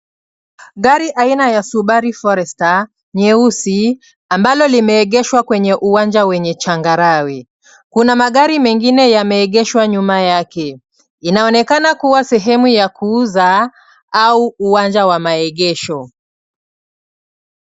Gari aina la subaru forester , nyeusi, ambalo limeegeshwa kwenye uwanja wenye changarawe. Kuna magari mengine yameegeshwa nyuma yake. Inaonekana kuwa sehemu ya kuuza au uwanja wa maegesho.